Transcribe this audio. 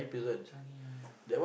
Changi !aiya!